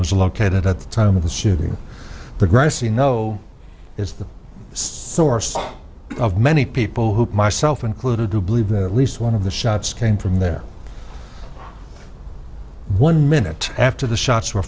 was located at the time of the shooting progress you know is the source of many people who myself included who believe that at least one of the shots came from there one minute after the shots were